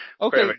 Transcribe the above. Okay